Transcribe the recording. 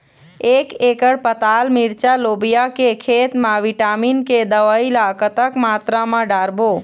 एक एकड़ पताल मिरचा लोबिया के खेत मा विटामिन के दवई ला कतक मात्रा म डारबो?